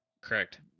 correct